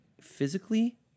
physically